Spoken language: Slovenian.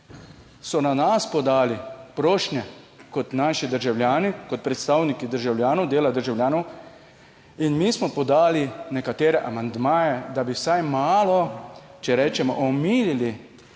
so na nas podali prošnje, kot naši državljani, kot predstavniki državljanov, dela državljanov in mi smo podali nekatere amandmaje, da bi vsaj malo, če rečem, omilili